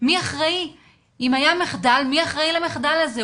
מי אחראי, אם היה מחדל, מי אחראי למחדל הזה?